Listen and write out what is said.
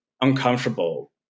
uncomfortable